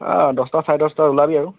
অঁ দহটা চাৰে দহটাত ওলাবি আৰু